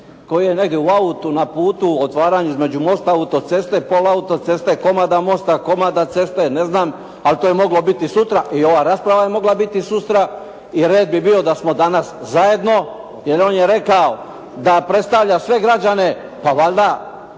koji negdje vani, na putu, u otvaranju između mosta autoceste, polu autoceste, komada mosta, komada ceste, ne znam, ali to je moglo biti sutra i ova rasprava je mogla biti sutra i red bi bio da smo danas zajedno, jer on je rekao da predstavlja sve građane, pa onda